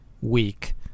week